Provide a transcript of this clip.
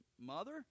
mother